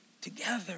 together